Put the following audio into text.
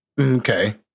Okay